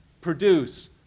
produce